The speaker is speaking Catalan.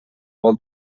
vol